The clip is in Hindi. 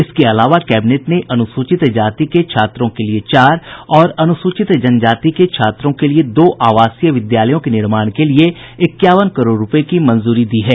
इसके अलावा कैबिनेट ने अनुसूचित जाति के छात्रों के लिए चार और अनुसूचित जनजाति के छात्रों के लिए दो आवासीय विद्यालयों के निर्माण के लिए इक्यावन करोड़ रुपये की मंजूरी दी है